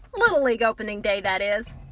little league opening day, that is.